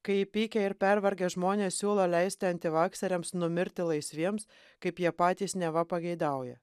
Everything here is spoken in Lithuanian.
kai įpykę ir pervargę žmonės siūlo leisti antivaksariams numirti laisviems kaip jie patys neva pageidauja